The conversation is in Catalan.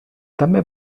també